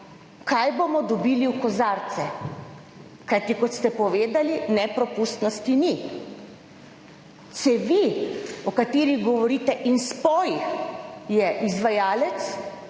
kaj bomo dobili v kozarce, kajti kot ste povedali, nepropustnosti ni. Cevi o katerih govorite in spojih, je izvajalec